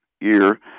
year